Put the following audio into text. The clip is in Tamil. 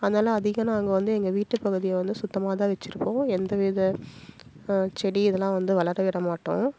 அதனால் அதிகம் நாங்கள் வந்து எங்கள் வீட்டு பகுதியை வந்து சுத்தமாகதான் வச்சுருக்கோம் எந்த வித செடி இதெலாம் வந்து வளரவிட மாட்டோம்